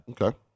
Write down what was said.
Okay